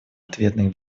ответных